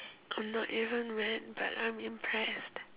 I'm not even mad but I'm impressed